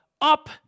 up